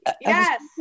Yes